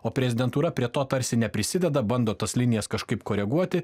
o prezidentūra prie to tarsi neprisideda bando tas linijas kažkaip koreguoti